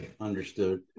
Understood